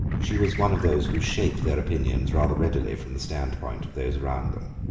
she was one of those who shape their opinions rather readily from the standpoint of those around them.